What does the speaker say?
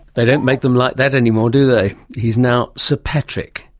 they don't make them like that anymore do they. he's now sir patrick.